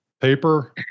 paper